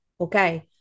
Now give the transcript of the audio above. Okay